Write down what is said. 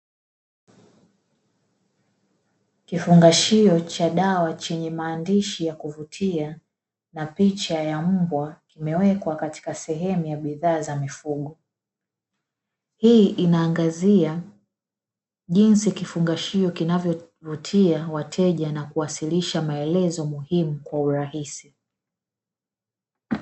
Kifungashio cha dawa chenye maandishi ya kuvutia na picha ya mbwa limewekwa katika sehemu ya bidhaa za mifugo, hii inaangazia jinsi kifungashio kinavyovutia wateja na kuwasilisha maelezo muhimu kwa urahisi.